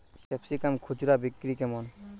Capsicum খুচরা বিক্রি কেমন?